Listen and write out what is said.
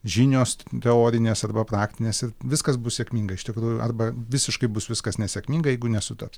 žinios teorinės arba praktinės ir viskas bus sėkminga iš tikrųjų arba visiškai bus viskas nesėkminga jeigu nesutaps